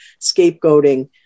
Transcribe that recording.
scapegoating